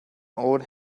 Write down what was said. old